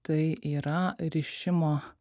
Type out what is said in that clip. tai yra rišimo